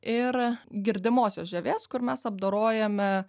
ir girdimosios žievės kur mes apdorojame